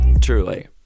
truly